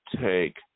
take